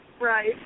Right